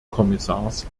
kommissars